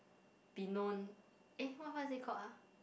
be known eh what what is it called ah